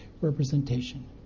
representation